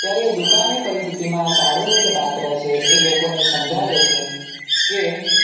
ત્યારે એ દુકાળની પરિસ્થિતિમાં કાળુનું જે પાત્ર છે એ લોકોને સમજાવે છે કે